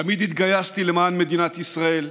תמיד התגייסתי למען מדינת ישראל,